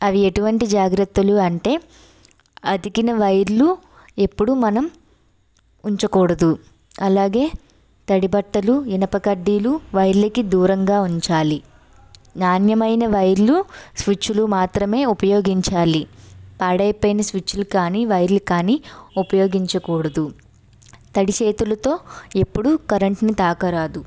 అవి ఎటువంటి జాగ్రత్తలు అంటే అతికిన వైర్లు ఎప్పుడు మనం ఉంచకూడదు అలాగే తడి బట్టలు ఇనప కడ్డీలు వైర్లకి దూరంగా ఉంచాలి నాణ్యమైన వైర్లు స్విచ్చులు మాత్రమే ఉపయోగించాలి పాడైపోయిన స్విచ్లు కానీ వైర్లు కానీ ఉపయోగించకూడదు తడి చేతులతో ఎప్పుడు కరెంట్ని తాకరాదు